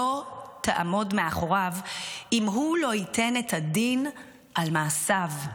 לא תעמוד מאחוריו אם הוא לא ייתן את הדין על מעשיו.